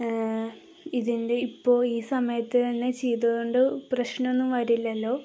ഇതിൻ്റെ ഇപ്പോള് ഈ സമയത്തുതന്നെ ചെയ്തതുകൊണ്ടു പ്രശ്നമൊന്നും വരില്ലല്ലോ